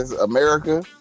America